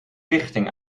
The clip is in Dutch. richting